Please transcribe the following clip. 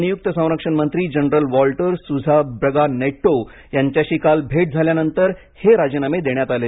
नवनियुक्त संरक्षण मंत्री general Walter Souza Braga Netto यांच्याशी काल भेट झाल्यानंतर हे राजीनामे देण्यात आले